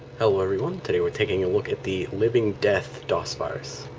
hello everyone today we're taking a look at the livingdeath dos virus.